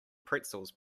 pretzels